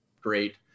great